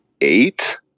eight